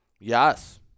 Yes